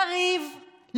לריב,